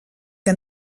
que